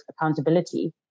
accountability